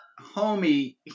homie